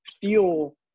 feel